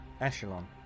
Echelon